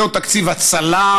זהו תקציב הצלה,